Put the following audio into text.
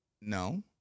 No